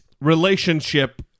relationship